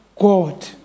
God